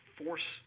force